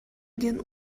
диэн